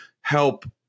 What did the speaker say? help